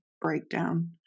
breakdown